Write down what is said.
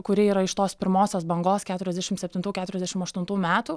kuri yra iš tos pirmosios bangos keturiasdešimt septintų keturiasdešimt aštuntų metų